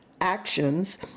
actions